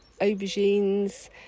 aubergines